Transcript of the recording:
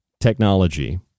technology